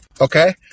Okay